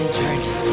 journey